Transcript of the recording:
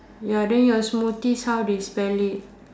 ya then your smoothies how they spell it